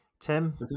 Tim